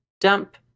dump